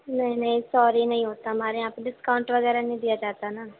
نہیں نہیں سوری نہیں ہوتا ہمارے یہاں پہ ڈسکاؤنٹ وغیرہ نہیں دیا جاتا نا